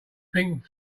pink